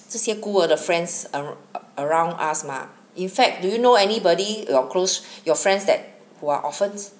这些孤儿的 friends a~ are around us mah in fact do you know anybody or close your friends that who are orphans